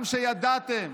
גם כשידעתם